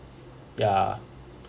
ya